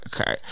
okay